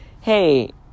hey